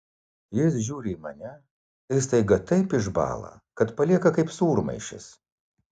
jis žiūri į mane ir staiga taip išbąla kad palieka kaip sūrmaišis